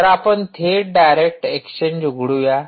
तर आपण थेट डायरेक्ट एक्सचेंज उघडूया